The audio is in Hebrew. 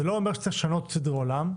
זה לא אומר שצריך לשנות סדר עולם,